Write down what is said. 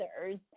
others